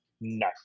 no